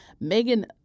megan